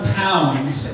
pounds